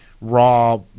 raw